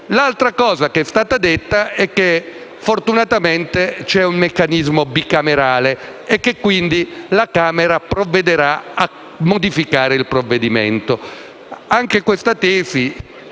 L'altra cosa che è stata detta è che fortunatamente c'è un meccanismo bicamerale e quindi la Camera provvederà a modificare il provvedimento.